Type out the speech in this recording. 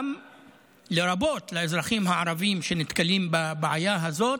לרבות לאזרחים הערבים שנתקלים בבעיה הזאת.